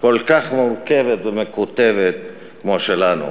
כל כך מורכבת ומקוטבת כמו שלנו.